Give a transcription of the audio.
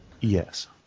Yes